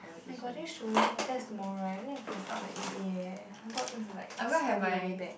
my god did i show you i have a test tomorrow eh then i am tested on the E_A eh then i have a lot of things like study on the way back